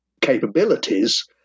capabilities